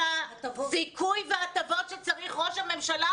הזיכוי וההטבות שצריך לקבל ראש הממשלה.